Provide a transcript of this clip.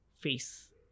face